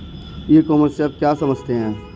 ई commerce से आप क्या समझते हो?